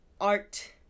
art